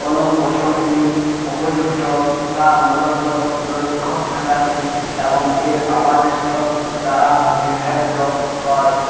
কোন কৌশলগুলি উপযুক্ত তা মূলত লক্ষ প্রজাতি এবং এর আবাসস্থল দ্বারা নির্ধারিত হয়